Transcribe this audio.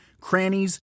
crannies